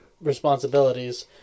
responsibilities